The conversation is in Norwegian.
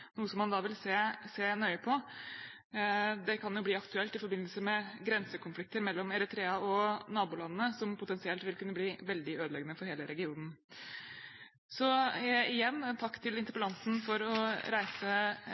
noe man vil se nøye på. Det kan jo bli aktuelt i forbindelse med grensekonflikter mellom Eritrea og nabolandene, noe som potensielt vil kunne bli veldig ødeleggende for hele regionen. Så igjen: Takk til interpellanten for å reise